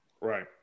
Right